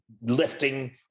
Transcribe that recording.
lifting